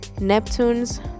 Neptune's